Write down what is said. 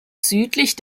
südlich